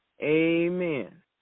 Amen